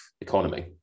economy